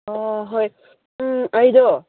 ꯑꯣ ꯍꯣꯏ ꯑꯩꯗꯣ